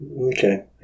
Okay